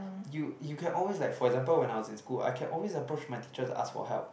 you you can always like for example when I was in school I can always approach my teachers ask for help